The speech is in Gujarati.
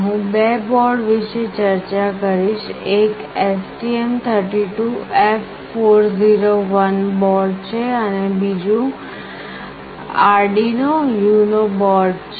હું બે બોર્ડ વિશે ચર્ચા કરીશ એક STM32F401 બોર્ડ છે અને બીજું આર્ડિનો UNO બોર્ડ છે